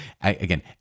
Again